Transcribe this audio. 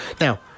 Now